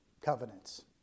covenants